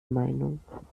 meinung